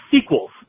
sequels